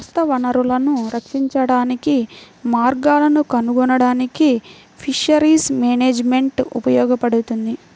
మత్స్య వనరులను రక్షించడానికి మార్గాలను కనుగొనడానికి ఫిషరీస్ మేనేజ్మెంట్ ఉపయోగపడుతుంది